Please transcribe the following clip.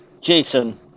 Jason